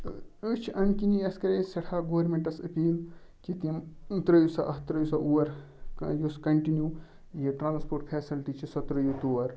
أسۍ چھِ امۍ کِنی اَسہِ کَرے سٮ۪ٹھاہ گورمِنٹَس أپیٖل کہِ تِم ترٛٲیِو سا اَتھ ترٲیِو سا اور یُس کَنٹِنیوٗ یہِ ٹرانَسپوٹ فیسَلٹی چھِ سۄ ترٛٲیِو تور